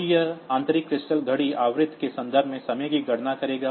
तो यह आंतरिक क्रिस्टल घड़ी आवृत्ति के संदर्भ में समय की गणना करेगा